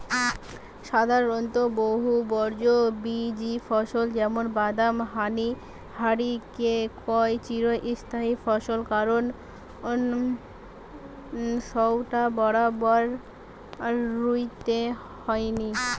সাধারণত বহুবর্ষজীবী ফসল যেমন বাদাম হারিকে কয় চিরস্থায়ী ফসল কারণ সউটা বারবার রুইতে হয়নি